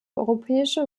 europäische